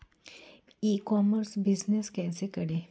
ई commerce business कैसे करें?